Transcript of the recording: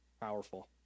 Powerful